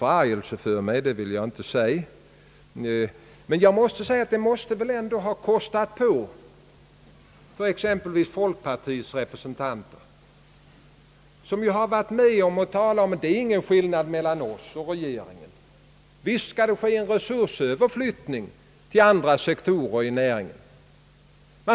Jag vill inte säga att det är till förargelse för mig, men det måste väl ändå ha kostat på för exempelvis folkpartiets representanter, som har sagt att det inte är någon skillnad mellan dem och regeringen. Visst skall det ske en resursöverflyttning till andra sektorer i näringen sade man.